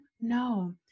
no